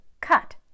cut